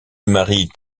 marient